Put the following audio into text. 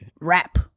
rap